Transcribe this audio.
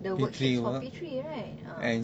the worksheets for P three right ah